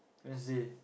Wednesday